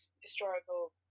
historical